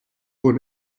for